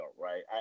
right